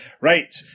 Right